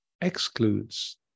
excludes